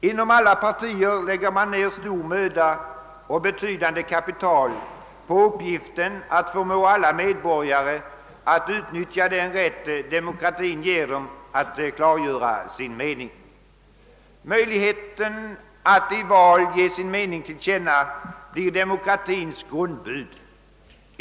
Inom alla partier lägger man ner stor möda och betydande kapital på uppgiften att förmå alla medborgare att utnyttja den rätt demokratin ger dem att klargöra sin mening. Möjligheten att i val ge sin mening till känna blir demokratins grundbud.